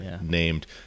named